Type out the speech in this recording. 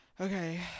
okay